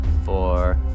four